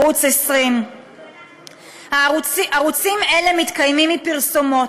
ערוץ 20. הערוצים האלה מתקיימים מפרסומות,